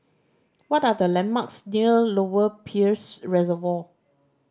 what are the landmarks near Lower Peirce Reservoir